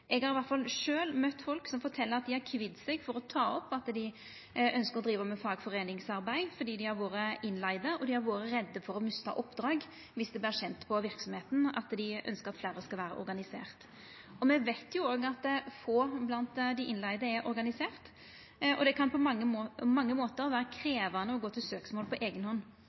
Eg har i alle fall sjølv møtt folk som har fortalt at dei har kvidd seg for å ta opp at dei ønskjer å driva med fagforeiningsarbeid, fordi dei har vore leigde inn, og dei har vore redde for å mista oppdrag dersom det vart kjent i verksemda at dei ønskjer at fleire skal vera organiserte. Me veit òg at få blant dei innleigde er organiserte, og det kan på mange måtar vera krevjande å gå til søksmål på eiga hand.